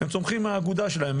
צומחים מהאגודה שלהם,